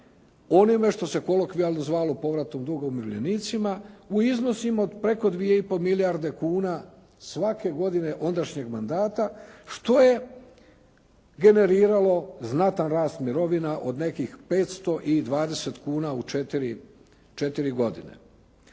onime što se kolokvijalno zvalo povratom duga umirovljenicima u iznosima od preko 2,5 milijarde kuna svake godine ondašnjeg mandata što je generiralo znatan rast mirovina od nekih 520 milijuna kuna u četiri godine.